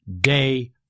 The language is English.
day